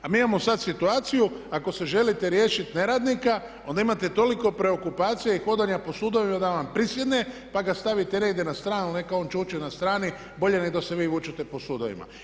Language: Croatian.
A mi imamo sada situaciju ako se želite riješiti neradnika onda imate toliko preokupacija i hodanja po sudovima da vam prisjedne pa ga stavite negdje na stranu neka on čuči na strani bolje nego da se vi vučete po sudovima.